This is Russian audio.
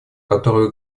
которую